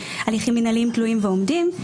הליכים מינהליים תלויים ועומדים.